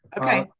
okay.